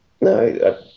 No